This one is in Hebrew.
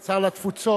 שר התפוצות,